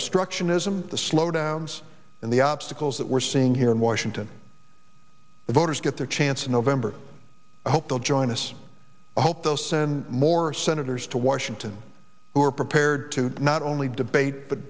obstructionism the slow downs and the obstacles that we're seeing here in washington the voters get their chance in november i hope they'll join us i hope they'll send more senators to washington who are prepared to not only debate but